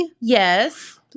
Yes